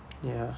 ya